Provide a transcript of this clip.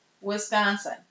Wisconsin